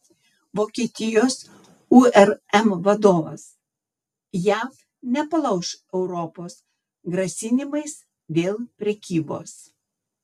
vokietijos urm vadovas jav nepalauš europos grasinimais dėl prekybos